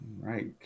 right